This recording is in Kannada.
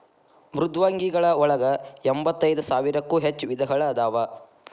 ಮೃದ್ವಂಗಿಗಳ ಒಳಗ ಎಂಬತ್ತೈದ ಸಾವಿರಕ್ಕೂ ಹೆಚ್ಚ ವಿಧಗಳು ಅದಾವ